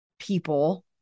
people